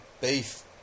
beef